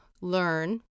learn